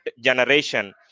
generation